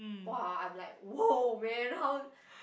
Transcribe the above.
!wah! I'm like !wow! man how